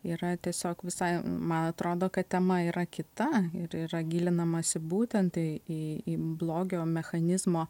yra tiesiog visai man atrodo kad tema yra kita ir yra gilinamasi būtent tai į į blogio mechanizmo